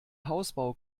hausbau